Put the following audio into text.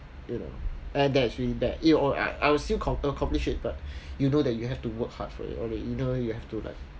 you know and that's really bad it all I was still accom~ accomplish it but you know that you have to work hard for it or like you know you have to like